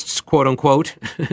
quote-unquote